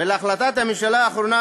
ולהחלטת הממשלה האחרונה,